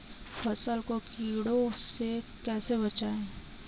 फसल को कीड़ों से कैसे बचाएँ?